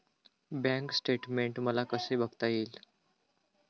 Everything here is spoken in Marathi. बँक स्टेटमेन्ट मला कसे बघता येईल?